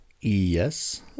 yes